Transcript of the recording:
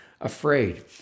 afraid